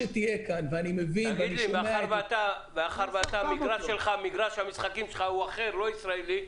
מאחר שמגרש המשחקים שלך הוא אחר, לא ישראלי,